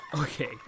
Okay